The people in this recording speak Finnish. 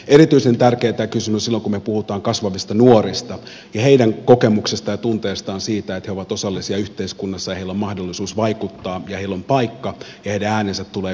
erityisen tärkeä tämä kysymys on silloin kun me puhumme kasvavista nuorista ja heidän kokemuksestaan ja tunteestaan siitä että he ovat osallisia yhteiskunnassa ja heillä on mahdollisuus vaikuttaa ja heillä on paikka ja heidän äänensä tulee kuuluville